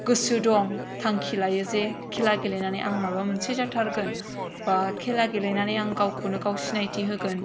गोसो दं थांखि लायो जे खेला गेलेनानै आं माबा मोनसे जाथारगोन बा खेला गेलेनानै आं गावखौनो गाव सिनायथि होगोन